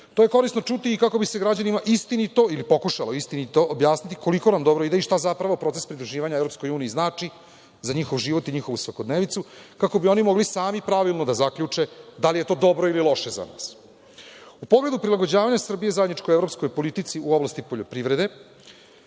To je korisno čuti kako bi se građanima istinito, ili pokušalo istinito, objasniti koliko nam dobro ide i šta zapravo proces pridruživanja EU znači za njihov život i njihovu svakodnevicu, kako bi mogli oni sami pravilno da zaključe da li je to dobro ili loše za nas.U pogledu prilagođavanja Srbije zajedničkoj evropskoj politici u oblasti poljoprivrede